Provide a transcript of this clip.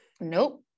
nope